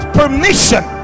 permission